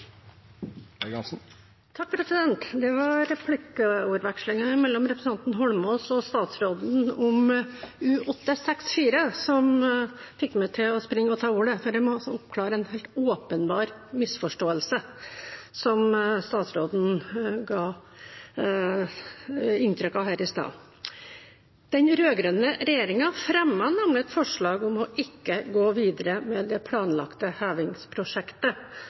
Holmås og statsråden om U-864 som fikk meg til å ta ordet, for jeg må oppklare en helt åpenbar misforståelse som statsråden ga inntrykk av her i stad. Den rød-grønne regjeringen fremmet nemlig et forslag om ikke å gå videre med det planlagte hevingsprosjektet,